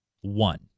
one